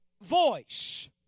voice